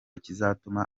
kizatuma